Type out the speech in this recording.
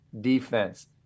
defense